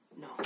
no